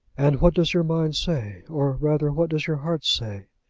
and what does your mind say? or rather what does your heart say?